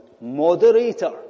moderator